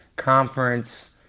Conference